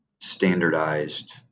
standardized